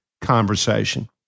conversation